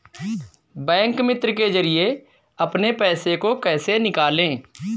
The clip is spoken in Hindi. बैंक मित्र के जरिए अपने पैसे को कैसे निकालें?